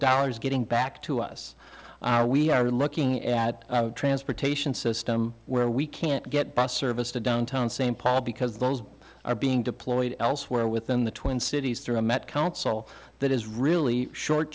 dollars getting back to us we are looking at transportation system where we can't get bus service to downtown st paul because those are being deployed elsewhere within the twin cities through a met council that is really short